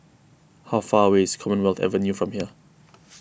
how far away is Commonwealth Avenue from here